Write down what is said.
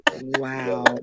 Wow